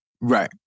Right